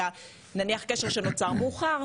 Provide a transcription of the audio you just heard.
אלא נניח קשר שנוצר מאוחר,